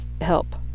help